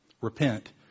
Repent